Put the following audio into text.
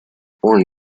born